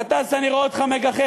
גטאס, אני רואה אותך מגחך.